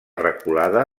reculada